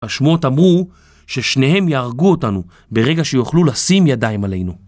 השמועות אמרו ששניהם יהרגו אותנו ברגע שיוכלו לשים ידיים עלינו